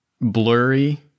blurry